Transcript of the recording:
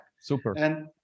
Super